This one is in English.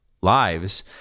lives